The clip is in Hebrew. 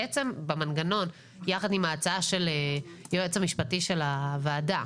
בעצם במנגנון יחד עם ההצעה של היועץ המשפטי של הוועדה,